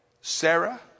Sarah